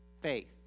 faith